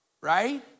right